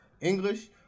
English